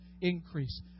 increase